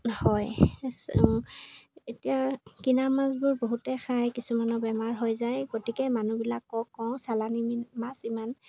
হয় এতিয়া কিনা মাছবোৰ বহুতে খায় কিছুমানৰ বেমাৰ হৈ যায় গতিকে মানুহবিলাক কওঁ চালানী মাছ ইমান